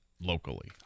locally